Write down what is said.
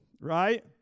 right